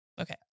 Okay